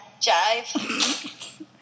jive